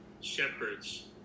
shepherds